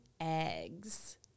eggs